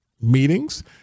meetings